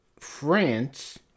France